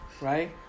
right